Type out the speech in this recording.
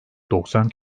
doksan